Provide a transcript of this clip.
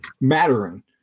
mattering